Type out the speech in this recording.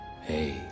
hey